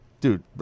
Dude